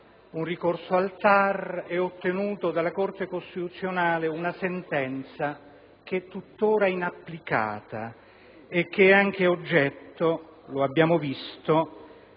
un ricorso al TAR e ottenuto dalla Corte costituzionale una sentenza che è tuttora inapplicata oltre ad essere anche oggetto - lo abbiamo visto